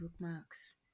bookmarks